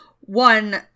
one